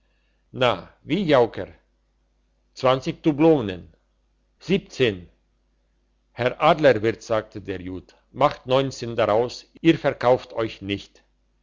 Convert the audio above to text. na wie jauker zwanzig dublonen siebenzehn herr adlerwirt sagte der jud macht neunzehn draus ihr verkauft euch nicht